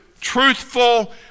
truthful